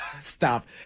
stop